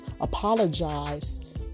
apologize